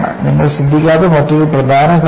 നിങ്ങൾ ശ്രദ്ധിക്കാത്ത മറ്റൊരു പ്രധാന കാര്യം